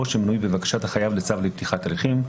או שמנוי בבקשת החייב לצו לפתיחת הליכים.